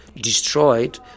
destroyed